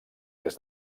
des